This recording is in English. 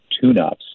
tune-ups